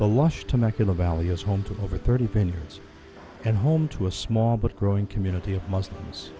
to over thirty vineyards and home to a small but growing community of muslims